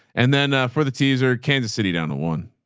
and then for the teaser, kansas city down to one